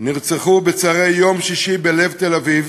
נרצחו בצהרי יום שישי בלב תל-אביב